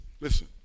listen